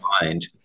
mind